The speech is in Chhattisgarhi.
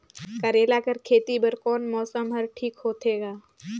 करेला कर खेती बर कोन मौसम हर ठीक होथे ग?